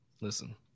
Listen